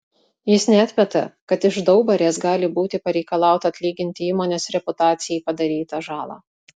jis neatmeta kad iš daubarės gali būti pareikalauta atlyginti įmonės reputacijai padarytą žalą